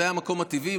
זה המקום הטבעי,